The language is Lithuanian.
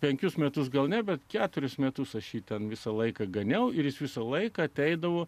penkis metus gal net keturis metus aš jį ten visą laiką ganiau ir jis visą laiką ateidavo